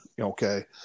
okay